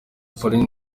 paulin